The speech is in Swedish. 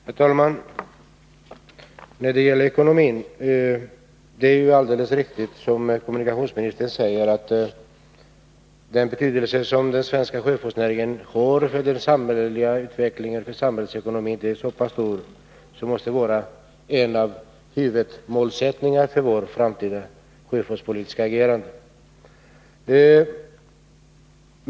Herr talman! När det gäller ekonomin är det alldeles riktigt som kommunikationsministern säger, att den svenska sjöfartsnäringen har så stor betydelse för den samhälleliga utvecklingen och för samhällsekonomin, att ekonomin måste vara ett av huvudkriterierna för vårt framtida sjöfartspolitiska agerande.